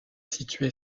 située